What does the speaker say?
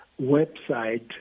website